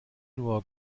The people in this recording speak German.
nur